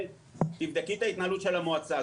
תבדקי את ההתנהלות של המועצה.